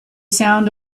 sound